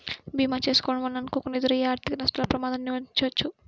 భీమా చేసుకోడం వలన అనుకోకుండా ఎదురయ్యే ఆర్థిక నష్టాల ప్రమాదాన్ని నిరోధించవచ్చు